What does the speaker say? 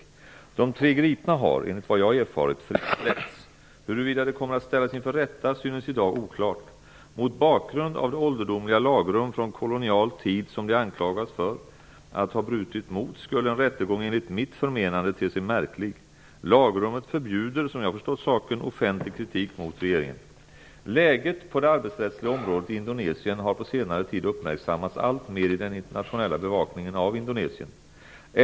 De tre gripna har, enligt vad jag erfarit, frisläppts. Huruvida de kommer att ställas inför rätta synes i dag oklart. Mot bakgrund av det ålderdomliga lagrum från kolonial tid som de anklagas för att ha brutit mot skulle en rättegång enligt mitt förmenande te sig märklig. Lagrummet förbjuder, som jag har förstått saken, offentlig kritik mot regeringen. Läget på det arbetsrättsliga området i Indonesien har på senare tid uppmärksammats alltmer i den internationella bevakningen av Indonesien.